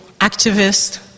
activists